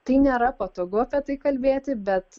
tai nėra patogu apie tai kalbėti bet